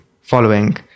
following